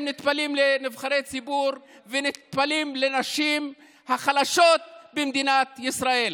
הם נטפלים לנבחרי ציבור ונטפלים לנשים החלשות במדינת ישראל.